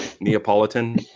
neapolitan